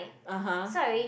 (uh huh)